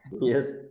yes